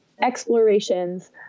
explorations